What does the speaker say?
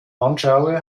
anschaue